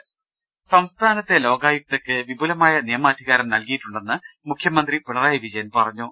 മഴ്ട്ട്ട്ട്ട്ട്ട സംസ്ഥാനത്തെ ലോകായുക്തക്ക് വിപുലമായ നിയമ അധികാരം നൽകി യിട്ടുണ്ടെന്ന് മുഖ്യമന്ത്രി പിണറായി വിജയൻ പറഞ്ഞു